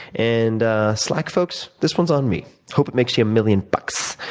and slack folks, this one's on me. hope it makes you a million bucks.